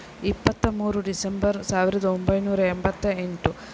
ಇಪ್ಪತ್ತ ಮೂರು ಡಿಸೆಂಬರ್ ಸಾವಿರದ ಒಂಬೈನೂರ ಎಂಬತ್ತ ಎಂಟು